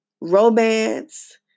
romance